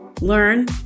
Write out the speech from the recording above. learn